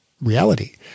reality